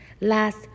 last